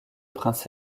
prince